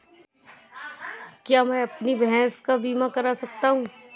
क्या मैं अपनी भैंस का बीमा करवा सकता हूँ?